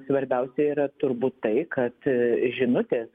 svarbiausia yra turbūt tai kad žinutės